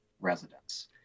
residents